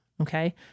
Okay